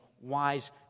wise